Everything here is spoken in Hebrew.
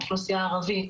האוכלוסייה הערבית,